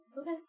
Okay